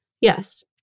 yes